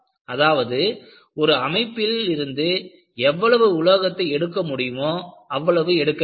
அதாவது ஒரு அமைப்பில் இருந்து எவ்வளவு உலோகத்தை எடுக்க முடியுமோ அவ்வளவு எடுக்கவேண்டும்